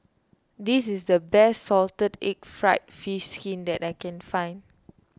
this is the best Salted Egg Fried Fish Skin that I can find